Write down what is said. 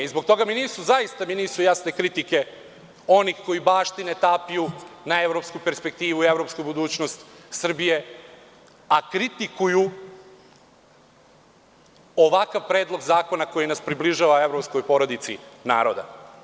Zbog toga mi nisu, zaista mi nisu jasne kritike onih koji baštine tapiju na evropsku perspektivu, na evropsku budućnost Srbije, a kritikuju ovakav predlog zakona koji nas približava evropskoj porodici naroda.